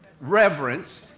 Reverence